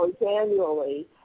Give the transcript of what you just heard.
annually